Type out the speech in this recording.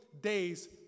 days